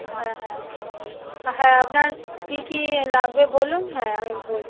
হ্যাঁ হ্যাঁ হ্যাঁ হ্যাঁ আপনার কী কী লাগবে বলুন হ্যাঁ আমি বলছি